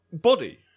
body